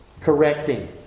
correcting